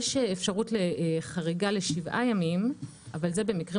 יש אפשרות לחריגה לשבעה ימים אבל זה במקרים